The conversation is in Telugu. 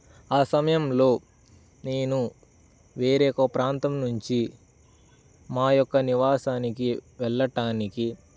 ఆ సమయంలో నేను వేరే ఒక ప్రాంతం నుంచి మా యొక్క నివాసానికి వెళ్ళటానికి